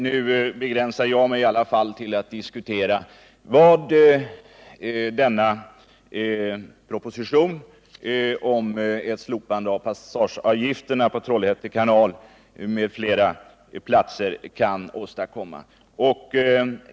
Jag begränsar mig i alla fall till att diskutera vad propositionen om ett slopande av passageavgifterna på Trollhätte kanal m.fl. platser kan åstadkomma.